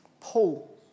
Paul